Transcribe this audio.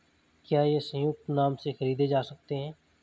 क्या ये संयुक्त नाम से खरीदे जा सकते हैं?